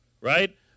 right